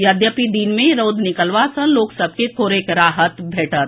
यद्यपि दिन मे रौद निकलबा सँ लोक सभ के थोड़ेक राहत भेटत